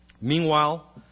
Meanwhile